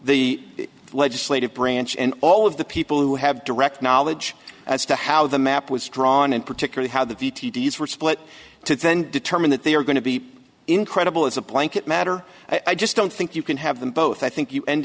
the legislative branch and all of the people who have direct knowledge as to how the map was drawn and particularly how the t d s were split to then determine that they are going to be incredible as a blanket matter i just don't think you can have them both i think you end